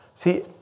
See